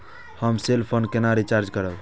हम cell phone केना recharge करब?